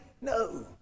No